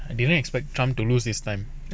I didn't expect trump to lose this time